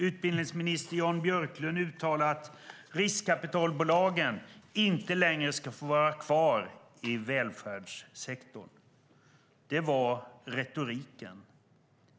Utbildningsminister Jan Björklund säger att riskkapitalbolagen inte längre ska få vara kvar i välfärdssektorn. Det är retoriken.